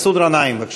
מסעוד גנאים, בבקשה,